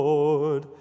Lord